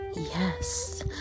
yes